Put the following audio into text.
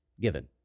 given